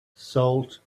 salt